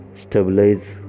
stabilize